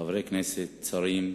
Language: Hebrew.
חברי הכנסת, שרים,